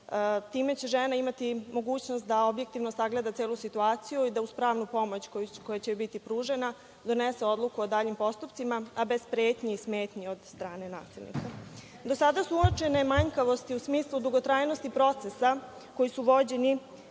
time će žena imati mogućnost da objektivno sagleda celu situaciju i da uz pravnu pomoć koja će joj biti pružena, donese odluku o daljim postupcima a bez pretnji i smetnji od strane nasilnika. Do sada su uočene manjkavosti u smislu dugotrajnosti procesa koji su vođeni,